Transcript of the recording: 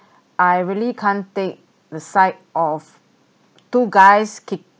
I really can't take the sight of two guys